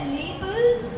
labels